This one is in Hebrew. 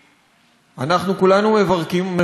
אנחנו כולנו מברכים על כך,